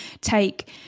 take